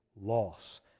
loss